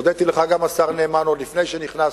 הודיתי גם לך, השר נאמן, עוד לפני שנכנסת.